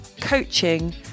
coaching